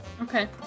Okay